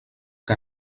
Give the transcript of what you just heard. que